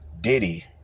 Diddy